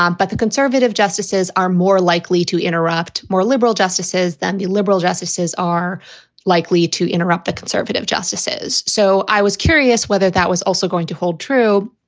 um but the conservative justices are more likely to interrupt more liberal justices than liberal justices are likely to interrupt the conservative justices. so i was curious whether that was also going to hold true,